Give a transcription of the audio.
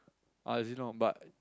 ah Zilong but